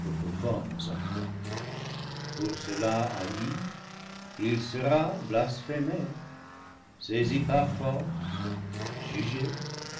pour cela haï il sera blasphémé saisi par force jugé